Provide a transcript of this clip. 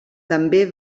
també